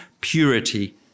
purity